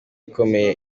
ikomeye